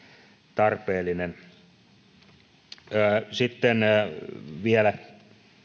tarpeellinen vielä